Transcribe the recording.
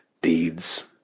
deeds